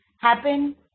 happen